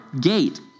gate